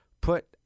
put